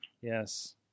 Yes